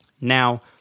Now